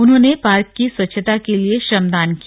उन्होंने पार्क की स्वच्छता के लिए श्रमदान किया